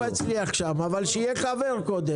זה נכון שהוא מצליח שם אבל שיהיה קודם חבר.